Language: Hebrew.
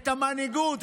את המנהיגות,